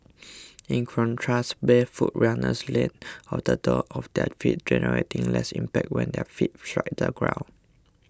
in contrast barefoot runners land on the door of their feet generating less impact when their feet strike the ground